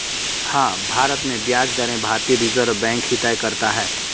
हाँ, भारत में ब्याज दरें भारतीय रिज़र्व बैंक ही तय करता है